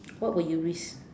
what would you risk